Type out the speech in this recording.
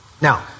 Now